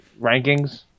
rankings